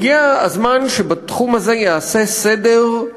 הגיע הזמן שבתחום הזה ייעשה סדר,